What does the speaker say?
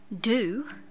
Do